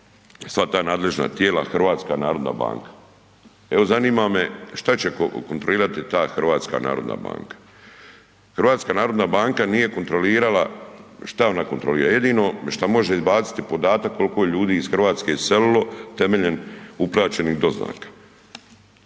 sva ta nadležna tijela HNB, evo zanima me šta će kontrolirati ta HNB. HNB nije kontrolirala, šta ona kontrolira, jedino šta može izbaciti podatak koliko je ljudi iz Hrvatske iselilo temeljem uplaćenih doznaka.